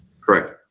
Correct